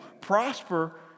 prosper